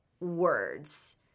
words